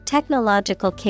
Technological